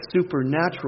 supernatural